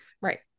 right